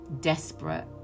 desperate